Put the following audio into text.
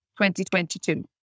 2022